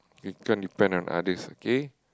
you can't depend on others okay